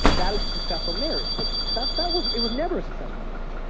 that is a successful marriage. but that that wasn't it was never a successful marriage.